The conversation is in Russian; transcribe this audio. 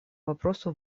вопросу